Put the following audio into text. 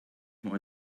more